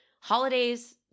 Holidays